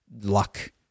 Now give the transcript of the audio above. luck